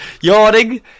Yawning